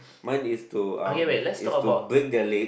mine is to um is to break their leg